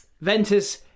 Ventus